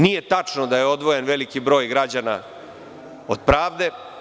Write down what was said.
Nije tačno da je odvojen veliki broj građana od pravde.